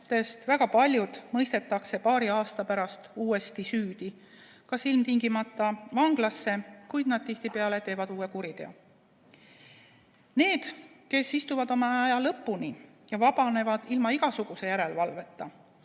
väga paljud mõistetakse paari aasta pärast uuesti süüdi – kas ilmtingimata vanglasse, kuid tihtipeale teevad nad uue kuriteo. Neist, kes istuvad oma aja lõpuni ja vabanevad ilma igasuguse järelevalveta,